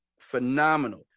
phenomenal